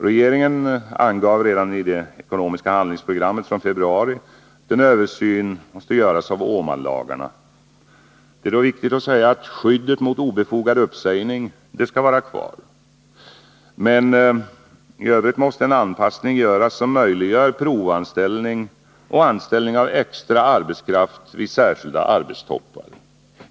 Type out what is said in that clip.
Regeringen angav redan i det ekonomiska handlingsprogrammet från februari att en översyn måste göras av Åmanlagarna. Det är då viktigt att säga att skyddet mot obefogad uppsägning skall vara kvar. Men i övrigt måste en anpassning göras som möjliggör provanställning och anställning av extra arbetskraft vid särskilda arbetstoppar.